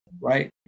right